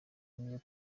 n’iyo